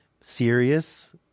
serious